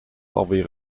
alweer